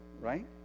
right